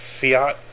fiat